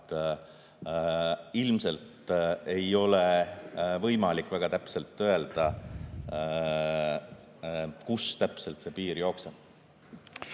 Ilmselt ei ole võimalik väga täpselt öelda, kust see piir jookseb.